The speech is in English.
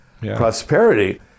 prosperity